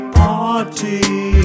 party